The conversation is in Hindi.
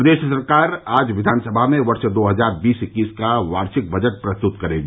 प्रदेश सरकार आज विधानसभा में वर्ष दो हजार बीस इक्कीस का वार्षिक बजट प्रस्त्त करेगी